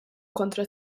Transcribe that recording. kontra